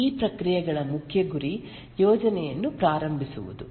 ಈ ಪ್ರಕ್ರಿಯೆಗಳ ಮುಖ್ಯ ಗುರಿ ಯೋಜನೆಯನ್ನು ಪ್ರಾರಂಭಿಸುವುದು